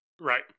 Right